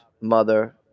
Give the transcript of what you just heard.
mother